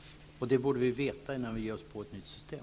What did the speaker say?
Detta borde vi veta innan vi ger oss på ett nytt system.